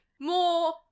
more